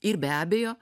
ir be abejo